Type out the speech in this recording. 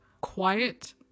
quiet